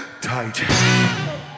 tight